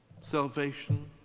salvation